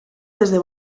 desde